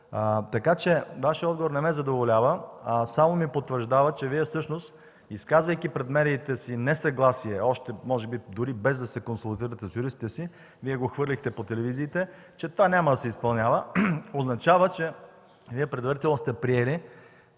Така че Вашият отговор не ме задоволява, а само ми потвърждава, че Вие всъщност, изказвайки пред медиите несъгласие, може би още дори без да се консултирате с юристите си – Вие го хвърлихте по телевизиите, че това няма да се изпълнява – означава, че Вие предварително сте приели